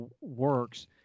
works